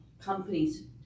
companies